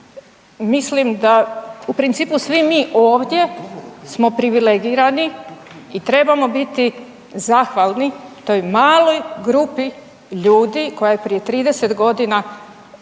Mislim da, u principu svi mi ovdje smo privilegirani i trebamo biti zahvalni toj maloj grupi ljudi koja je prije 30 godina učinila